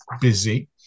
busy